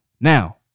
now